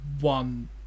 one